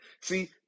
see